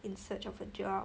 in search of a job